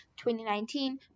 2019